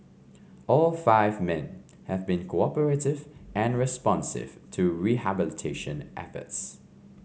all five men have been cooperative and responsive to rehabilitation efforts